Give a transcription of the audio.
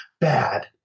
bad